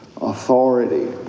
authority